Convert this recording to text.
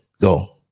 go